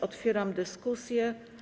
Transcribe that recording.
Otwieram dyskusję.